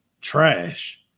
Trash